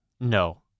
No